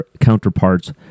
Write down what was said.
counterparts